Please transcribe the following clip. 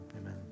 amen